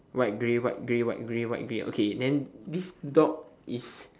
white grey white grey white grey white grey okay then this dog is